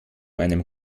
einem